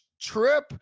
trip